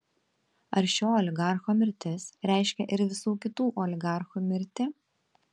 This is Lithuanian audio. ar šio oligarcho mirtis reiškia ir visų kitų oligarchų mirtį